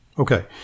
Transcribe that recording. Okay